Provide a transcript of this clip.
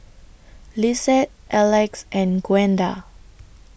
Lissette Elex and Gwenda